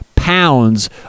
pounds